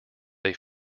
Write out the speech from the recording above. they